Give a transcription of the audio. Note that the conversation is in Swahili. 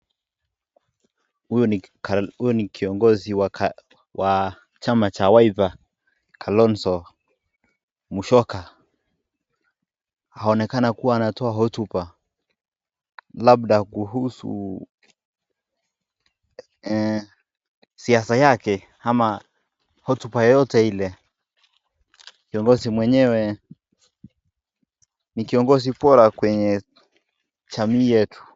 Huyu ni kiongozi wa chama cha Wiper, Kalonzo Musyoka, aonekana kuwa anatoa hotuba labda kuhusu siasa yake ama hotuba yoyote ile. Kiongozi mwenyewe ni kiongozi bora kwenye jamii yetu.